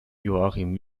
joachim